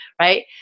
right